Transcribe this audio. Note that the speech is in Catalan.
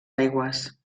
aigües